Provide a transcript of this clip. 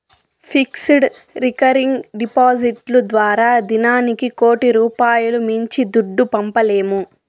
fixed, recurring డిపాడిట్లు ద్వారా దినానికి కోటి రూపాయిలు మించి దుడ్డు పంపలేము